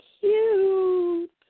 cute